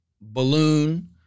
balloon